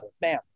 Bam